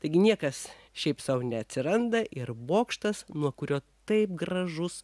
taigi niekas šiaip sau neatsiranda ir bokštas nuo kurio taip gražus